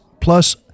plus